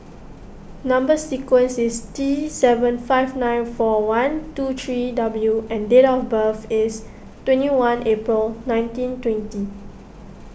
Number Sequence is T seven five nine four one two three W and date of birth is twenty one April nineteen twenty